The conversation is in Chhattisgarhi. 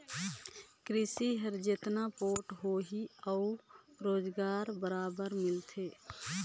किरसी हर जेतना पोठ होही उहां रोजगार बगरा मिलथे